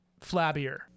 flabbier